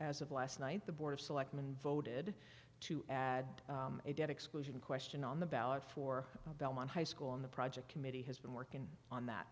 as of last night the board of selectmen voted to add a debt exclusion question on the ballot for belmont high school on the project committee has been working on that